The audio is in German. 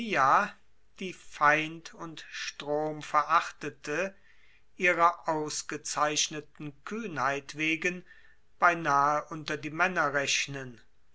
die feind und strom verachtete ihrer ausgezeichneten kühnheit wegen beinahe unter die männer rechnen